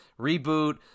reboot